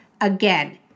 Again